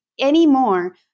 Anymore